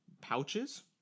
pouches